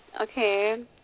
okay